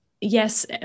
yes